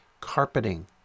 carpeting